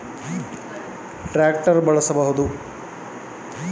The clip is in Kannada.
ಬೆಳೆ ರಾಶಿ ಮಾಡಲು ಕಮ್ಮಿ ವೆಚ್ಚದಲ್ಲಿ ಯಾವ ಯಂತ್ರ ಬಳಸಬಹುದು?